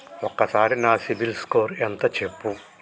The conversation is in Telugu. ఒక్కసారి నా సిబిల్ స్కోర్ ఎంత చెప్పు?